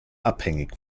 abhängig